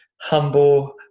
humble